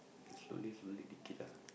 slowly slowly lah